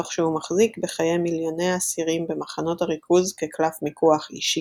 תוך שהוא מחזיק בחיי מיליוני האסירים במחנות הריכוז כקלף מיקוח אישי.